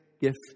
gift